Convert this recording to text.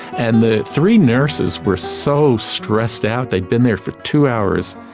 and the three nurses were so stressed out, they'd been there for two hours.